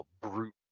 brute